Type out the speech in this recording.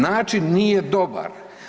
Način nije dobar.